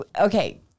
okay